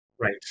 right